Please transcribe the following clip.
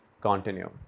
continue